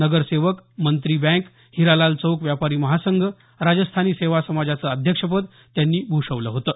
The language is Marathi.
नगरसेवक मंत्री बँक हिरालाल चौक व्यापारी महासंघ राजस्थानी सेवा समाजाचं अध्यक्षपद त्यांनी भूषविलं होतं